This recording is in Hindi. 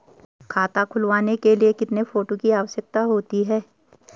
खाता खुलवाने के लिए कितने फोटो की आवश्यकता होती है?